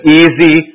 easy